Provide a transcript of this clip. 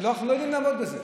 אנחנו לא יודעים לעמוד בזה.